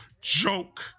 joke